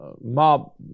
mob